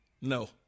no